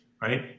right